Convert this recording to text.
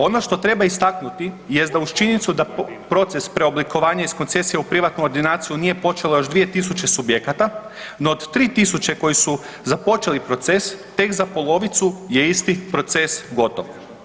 Ono što treba istaknuti jest da uz činjenica da proces preoblikovanja iz koncesije u privatnu ordinaciju nije počelo još 2000 subjekata, no od 3 tisuće koje su započeli proces, tek za polovicu je isti proces gotov.